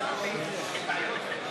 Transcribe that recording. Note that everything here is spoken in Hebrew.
(תיקון, ביטול החוק),